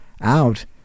out